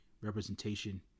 representation